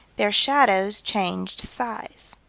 their shadows changed size.